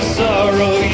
sorrow